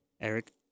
Eric